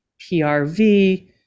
PRV